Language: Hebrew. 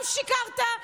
גם שיקרת,